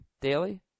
daily